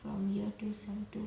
from year two semester two